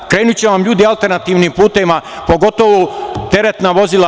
Krenuće vam ljudi alternativnim putevima, pogotovo teretna vozila.